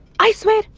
i swear,